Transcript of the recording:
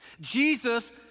Jesus